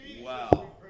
Wow